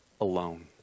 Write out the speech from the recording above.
alone